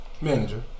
manager